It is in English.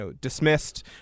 dismissed